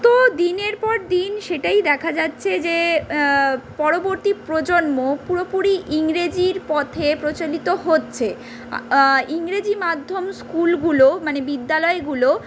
তো দিনের পর দিন সেটাই দেখা যাচ্ছে যে পরবর্তী প্রজন্ম পুরোপুরি ইংরেজির পথে প্রচলিত হচ্ছে ইংরেজি মাধ্যম স্কুলগুলো মানে বিদ্যালয়গুলো